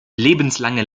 lebenslange